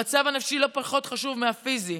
המצב הנפשי לא פחות חשוב מהפיזי,